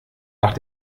nach